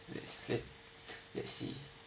let's let let's see